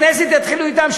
חברי הכנסת יתחילו אתם?